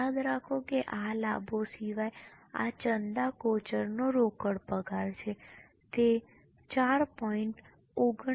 યાદ રાખો કે આ લાભો સિવાય છે આ ચંદા કોચરનો રોકડ પગાર છે તે 4